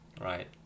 Right